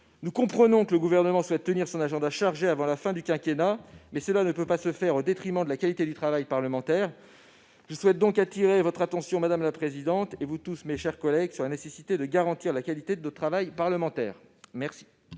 Nous comprenons que le Gouvernement souhaite tenir son agenda chargé avant la fin du quinquennat, mais cela ne peut se faire au détriment de la qualité du travail parlementaire. Je souhaite donc attirer votre attention, madame la présidente, mes chers collègues, sur la nécessité de garantir cette qualité. Acte vous est donné de ce